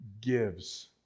gives